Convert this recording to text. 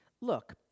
Look